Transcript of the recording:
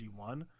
g1